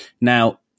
Now